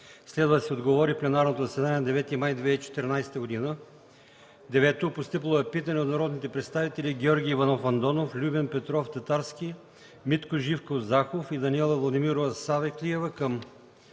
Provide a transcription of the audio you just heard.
Следва да се отговори в пленарното заседание на 9 май 2014 г. 9. Постъпило е питане от народните представители Георги Иванов Андонов, Любен Петров Татарски, Митко Живков Захов и Даниела Владимирова Савеклиева към